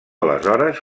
aleshores